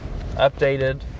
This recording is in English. updated